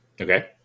okay